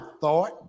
thought